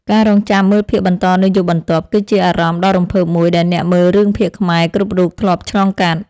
ការរង់ចាំមើលភាគបន្តនៅយប់បន្ទាប់ គឺជាអារម្មណ៍ដ៏រំភើបមួយដែលអ្នកមើលរឿងភាគខ្មែរគ្រប់រូបធ្លាប់ឆ្លងកាត់។